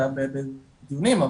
אלא בדיונים,